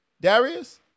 Darius